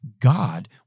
God